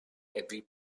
every